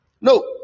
No